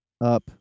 up